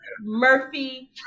Murphy